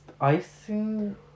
icing